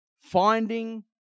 finding